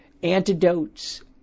Antidotes